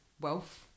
wealth